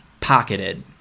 pocketed